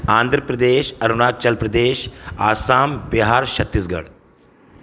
Andhra Pradesh Arunachal Pradesh Assam Bihar Chhattisgarh